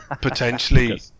potentially